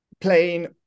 playing